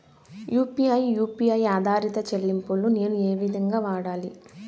UPI U P I ఆధారిత చెల్లింపులు నేను ఏ విధంగా వాడాలి?